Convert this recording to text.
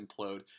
implode